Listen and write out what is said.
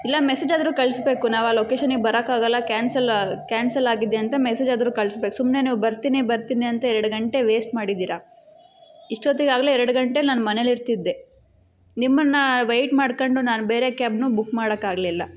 ಇಲ್ಲ ಮೆಸೇಜ್ ಆದರೂ ಕಳಿಸ್ಬೇಕು ನಾವು ಆ ಲೊಕೇಶನ್ಗೆ ಬರೋಕಾಗಲ್ಲ ಕ್ಯಾನ್ಸಲ್ ಕ್ಯಾನ್ಸಲ್ ಆಗಿದೆ ಅಂತ ಮೇಸೆಜ್ ಆದರೂ ಕಳಿಸ್ಬೇಕ್ ಸುಮ್ಮನೆ ನೀವು ಬರ್ತೀನಿ ಬರ್ತೀನಿ ಅಂತ ಎರಡು ಗಂಟೆ ವೇಸ್ಟ್ ಮಾಡಿದ್ದೀರಾ ಇಷ್ಟೊತ್ತಿಗಾಗಲೇ ಎರಡು ಗಂಟೆಯಲ್ಲಿ ನಾನು ಮನೇಲಿ ಇರ್ತಿದ್ದೆ ನಿಮ್ಮನ್ನು ವೇಯ್ಟ್ ಮಾಡ್ಕೊಂಡು ನಾನು ಬೇರೆ ಕ್ಯಾಬ್ನೂ ಬುಕ್ ಮಾಡೋಕಾಗ್ಲಿಲ್ಲ